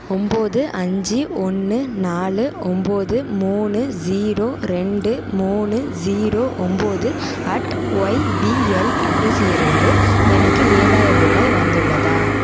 ஒம்பது அஞ்சு ஒன்று நாலு ஒம்பது மூணு ஸீரோ ரெண்டு மூணு ஸீரோ ஒம்பது அட் ஒய்பிஎல் அட்ரஸிலிருந்து எனக்கு ஏழாயிரம் ரூபாய் வந்துள்ளதா